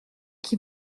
qui